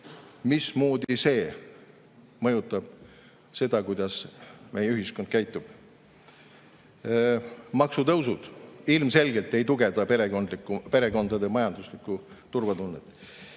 mismoodi see mõjutab seda, kuidas meie ühiskond käitub? Maksutõusud ilmselgelt ei tugevda perekondade majanduslikku turvatunnet.